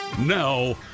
Now